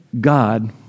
God